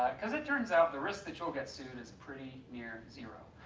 cause it turns out the risk that you'll get sued is pretty near zero,